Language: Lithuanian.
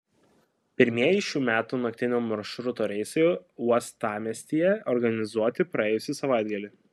pirmieji šių metų naktinio maršruto reisai uostamiestyje organizuoti praėjusį savaitgalį